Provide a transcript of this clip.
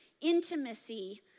intimacy